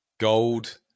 gold